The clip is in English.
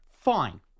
Fine